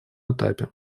этапе